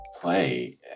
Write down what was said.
play